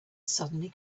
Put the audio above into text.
suddenly